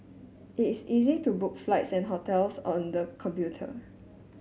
it is easy to book flights and hotels on the computer